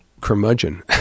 curmudgeon